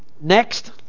Next